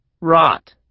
Rot